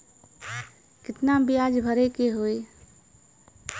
कितना ब्याज भरे के होई?